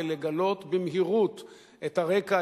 זה לגלות במהירות את הרקע,